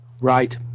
Right